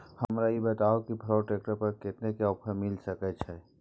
हमरा ई बताउ कि फोर्ड ट्रैक्टर पर कतेक के ऑफर मिलय सके छै?